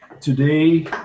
Today